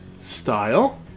style